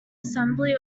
assembly